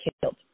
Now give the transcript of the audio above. killed